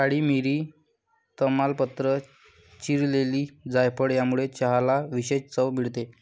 काळी मिरी, तमालपत्र, चिरलेली जायफळ यामुळे चहाला विशेष चव मिळते